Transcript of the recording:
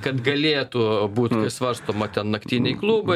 kad galėtų būt svarstoma ten naktiniai klubai